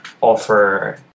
offer